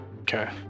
Okay